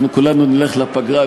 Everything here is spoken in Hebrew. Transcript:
אנחנו כולנו נלך לפגרה,